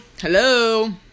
hello